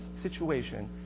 situation